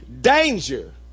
danger